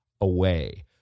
away